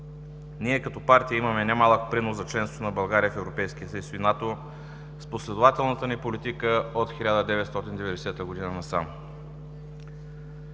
Ние като партия имаме немалък принос за членството на България в Европейския съюз и НАТО с последователната ни политика от 1990 г. насам.